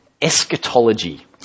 eschatology